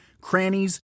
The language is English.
crannies